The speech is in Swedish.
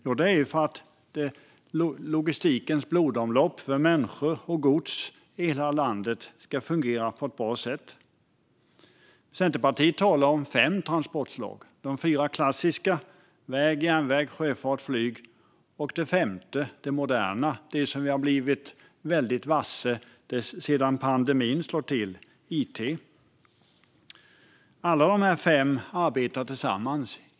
Jo, det är för att logistikens blodomlopp för människor och gods i hela landet ska fungera på ett bra sätt. Centerpartiet talar om fem transportslag. De fyra klassiska är väg, järnväg, sjöfart och flyg, och det femte - det moderna, som vi har blivit väldigt varse sedan pandemin slog till - är it. Alla dessa fem arbetar tillsammans.